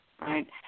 right